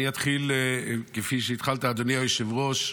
אני אתחיל כפי שהתחלת אדוני היושב-ראש,